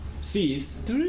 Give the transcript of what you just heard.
sees